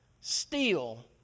steal